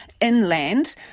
inland